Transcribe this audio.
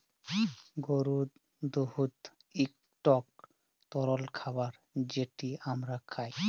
গরুর দুহুদ ইকট তরল খাবার যেট আমরা খাই